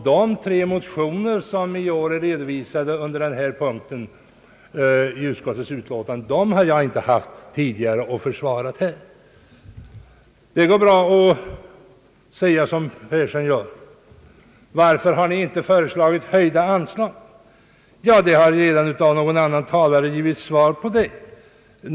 De tre motioner som i år är redovisade på denna punkt i utskottets utlåtande har jag dessutom inte tidigare haft att försvara här. Det går bra att säga som herr Persson gör: Varför har ni inte föreslagit höjda anslag? En annan talare har redan givit svar.